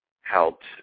helped